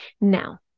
Now